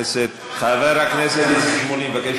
חבר הכנסת איציק שמולי מבקש